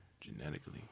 Genetically